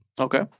Okay